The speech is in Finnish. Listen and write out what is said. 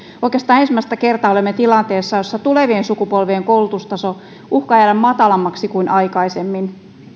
oikeastaan ensimmäistä kertaa olemme tilanteessa jossa tulevien sukupolvien koulutustaso uhkaa jäädä matalammaksi kuin aikaisemmin